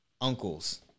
uncles